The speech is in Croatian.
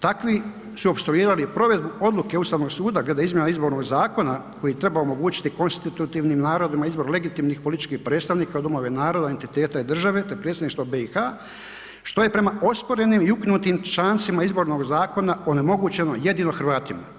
Takvi su opstruirali i provedbu odluke Ustavnog suda glede izmjena izbornog zakona koji treba omogućiti konstitutivnim narodima izbor legitimnih političkih predstavnika u domove naroda, entiteta i države te predsjedništva BiH što je prema osporenim i ukinutim člancima izbornog zakona onemogućeno jedino Hrvatima.